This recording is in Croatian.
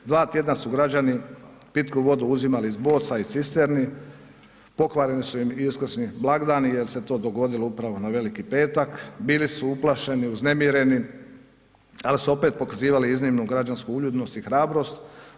Dva tjedna su građani pitku vodu uzimali iz boca i cisterni, pokvareni su im i uskrsni blagdani jer se to dogodilo upravo na Veliki petak, bili su uplašeni, uznemireni, ali su opet pokazivali iznimnu građansku uljudnost i hrabrost.